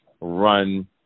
run